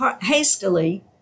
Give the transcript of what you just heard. hastily